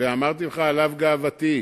ואמרתי לך שעליו גאוותי.